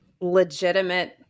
Legitimate